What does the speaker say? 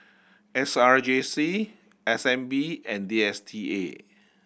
S R J C S N B and D S T A